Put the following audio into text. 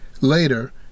later